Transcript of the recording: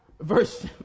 Verse